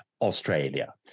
Australia